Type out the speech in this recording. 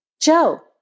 Joe